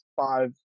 five